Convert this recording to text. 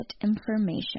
information